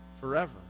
forever